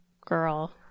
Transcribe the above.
girl